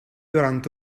durant